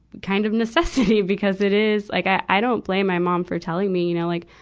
kind of necessity, because it is, like i, i don't blame my mom for telling me, you know, like,